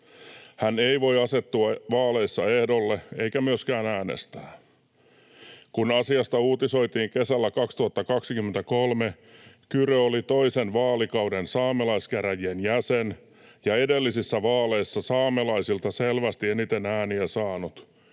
Hän ei voi asettua vaaleissa ehdolle eikä myöskään äänestää. Kun asiasta uutisoitiin kesällä 2023, Kyrö oli toisen vaalikauden saamelaiskäräjien jäsen ja edellisissä vaaleissa saamelaisilta selvästi eniten ääniä saanut: